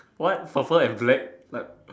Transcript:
what suffer and black